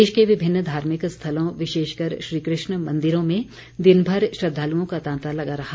प्रदेश के विभिन्न धार्मिक स्थलों विशेषकर श्रीकृष्ण मंदिरों में दिनभर श्रद्वालुओं का तांता लगा रहा